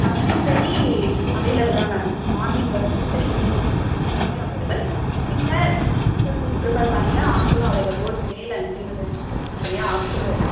bus facility available தான் ma'am morning வரும்போதும் சரி ஈவினிங் போகும்போதும் சரி அவைளபில் இல்லை நீங்கள் ஹாஸ்டல் பிரிஃபர் பண்ணிங்கன்னால் ஹாஸ்டலும் available both male and female ரெண்டு பேருக்கும் தனித்தனியாக ஹாஸ்டலும் இருக்குது